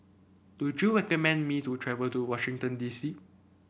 do you recommend me to travel to Washington D C